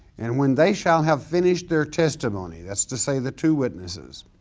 and when they shall have finished their testimony that's to say the two witnesses,